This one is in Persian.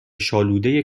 شالودهی